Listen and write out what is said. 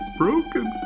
broken